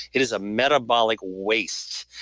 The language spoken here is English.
it is a metabolic waste.